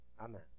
Amen